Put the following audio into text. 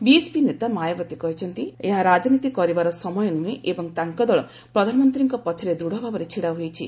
BSP ନେତା ମାୟାବତୀ କହିଛନ୍ତି ଏହା ରାଜନୀତି କରିବାର ସମୟ ନୁହେଁ ଏବଂ ତାଙ୍କ ଦଳ ପ୍ରଧାନମନ୍ତ୍ରୀଙ୍କ ପଛରେ ଦୂଢ଼ଭାବରେ ଛିଡା ହୋଇଛି